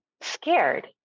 scared